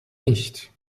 nicht